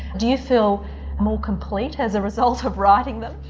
do you feel more complete as a result of writing them,